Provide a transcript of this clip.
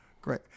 Great